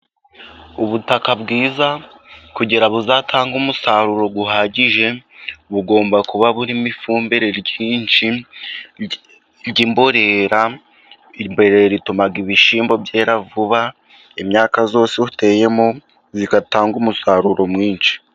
Ubutaka bwiza kugira buzatange umusaruro uhagije, bugomba kuba burimo ifumbire ryinshi, ry'imborera rituma ibishyimbo byera vuba. Imyaka yose uteyemo igatanga umusaruro mwinshi.